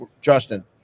justin